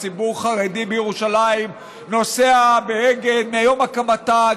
וציבור חרדי בירושלים נוסע באגד מיום הקמתה,